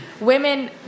Women